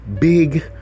big